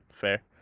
fair